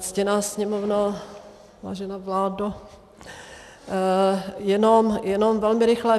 Ctěná Sněmovno, vážená vládo, jenom velmi rychle.